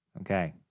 Okay